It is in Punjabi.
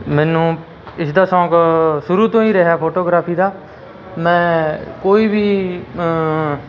ਮੈਨੂੰ ਇਸ ਦਾ ਸ਼ੌਂਕ ਸ਼ੁਰੂ ਤੋਂ ਹੀ ਰਿਹਾ ਫੋਟੋਗ੍ਰਾਫੀ ਦਾ ਮੈਂ ਕੋਈ ਵੀ